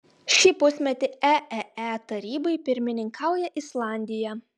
šį pusmetį eee tarybai pirmininkauja islandija